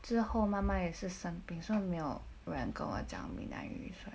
之后妈妈也是生病所以没有人跟我讲闽南语